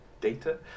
data